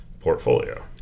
portfolio